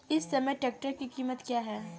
इस समय ट्रैक्टर की कीमत क्या है?